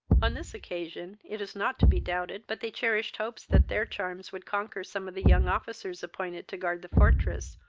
on this occasion, it is not to be doubted but they cherished hopes that their charms would conquer some of the young officers appointed to guard the fortress,